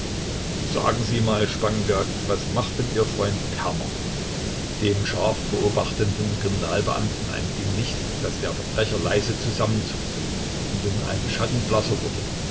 sagen sie mal spangenberg was macht denn ihr freund kerner dem scharf beobachtenden kriminalbeamten entging nicht daß der verbrecher leise zusammenzuckte und um einen schatten blasser wurde